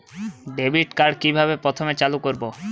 Debit card কিভাবে প্রথমে চালু করব?